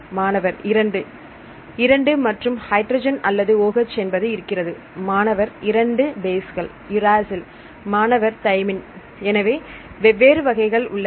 மாணவர் 2 2 மற்றும் H அல்லது OH என்பது இருக்கிறது மாணவர் இரண்டு பேஸ்கள் உராசில் மாணவர் தைமின் எனவே வெவ்வேறு வகைகள் உள்ளன